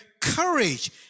courage